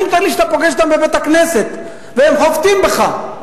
אני מתאר לי שאתה פוגש אותם בבית-הכנסת והם חובטים בך,